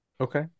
Okay